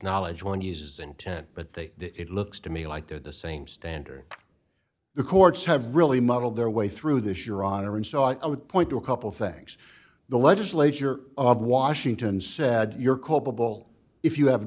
knowledge one uses intent but they it looks to me like they're the same standard the courts have really muddled their way through this your honor and so i would point to a couple things the legislature of washington said you're culpable if you have